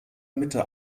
mitte